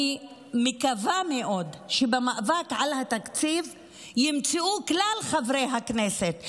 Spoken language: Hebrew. אני מקווה מאוד שבמאבק על התקציב יהיו כלל חברי הכנסת,